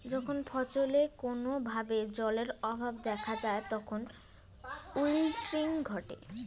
যখন ফছলে কোনো ভাবে জলের অভাব দেখা যায় তখন উইল্টিং ঘটে